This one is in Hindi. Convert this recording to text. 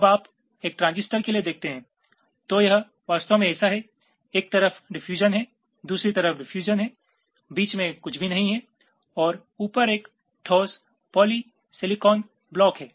अब आप एक ट्रांजिस्टर के लिए देखते हैं तो यह वास्तव में ऐसा है एक तरफ डिफयूजन है दूसरी तरफ डिफयूजन है बीच में कुछ भी नहीं है और ऊपर एक ठोस पॉलीसिलिकॉन ब्लॉक है